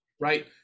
right